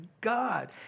God